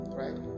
right